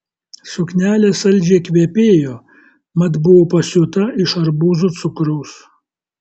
suknelė saldžiai kvepėjo mat buvo pasiūta iš arbūzų cukraus